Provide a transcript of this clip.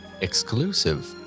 exclusive